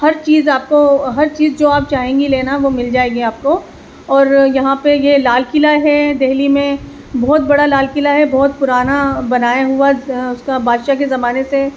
ہرچیز آپ کو ہر چیز جو آپ چاہیں گی لینا وہ مل جائے گی آپ کو اور یہاں پہ یہ لال قلعہ ہے دہلی میں بہت بڑا لال قلعہ ہے بہت پرانا بنایا ہوا اس کا بادشاہ کے زمانے سے